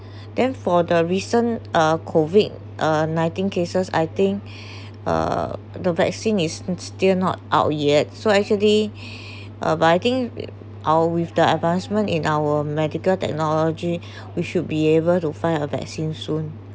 then for the recent uh COVID uh nineteen cases I think uh the vaccine is still not out yet so actually uh but I think our with the advancement in our medical technology we should be able to find a vaccine soon